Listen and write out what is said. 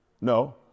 No